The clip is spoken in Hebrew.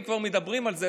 אם כבר מדברים על זה,